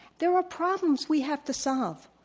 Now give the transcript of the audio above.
there are problems we have to solve.